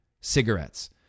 cigarettes